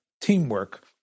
teamwork